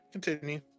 Continue